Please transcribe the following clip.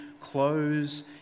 clothes